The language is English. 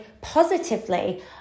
positively